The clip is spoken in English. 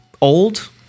old